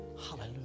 hallelujah